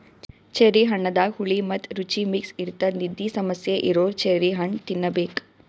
cherry ಹಣ್ಣದಾಗ್ ಹುಳಿ ಮತ್ತ್ ರುಚಿ ಮಿಕ್ಸ್ ಇರ್ತದ್ ನಿದ್ದಿ ಸಮಸ್ಯೆ ಇರೋರ್ ಚೆರ್ರಿ ಹಣ್ಣ್ ತಿನ್ನಬೇಕ್